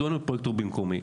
מדוע לא פרויקטור במקומי?